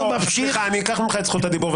אני אקח ממך את זכות הדיבור,